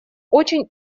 очень